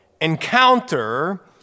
encounter